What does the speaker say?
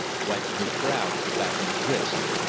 wiping his brow with the back of his wrist.